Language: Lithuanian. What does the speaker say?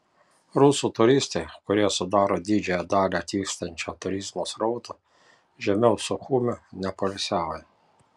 rusų turistai kurie sudaro didžiąją dalį atvykstančio turizmo srauto žemiau suchumio nepoilsiauja